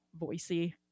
voicey